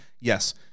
yes